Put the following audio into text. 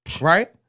right